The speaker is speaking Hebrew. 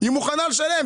היא מוכנה לשלם.